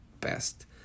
best